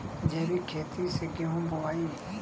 जैविक खेती से गेहूँ बोवाई